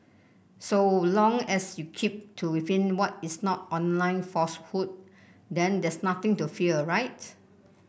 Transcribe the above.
so long as you keep to within what is not online falsehood then there's nothing to fear right